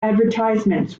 advertisements